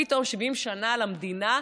פתאום 70 שנה למדינה,